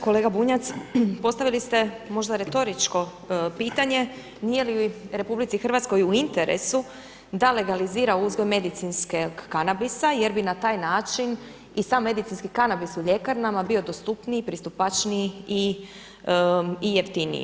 Kolega Bunjac, postavili ste možda retoričko pitanje nije li RH u interesu da legalizira uzgoj medicinskog kanabisa jer bi na taj način i sam medicinski kanabis u ljekarnama bio dostupniji, pristupačniji i jeftiniji.